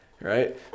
right